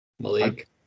Malik